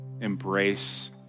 embrace